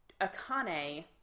Akane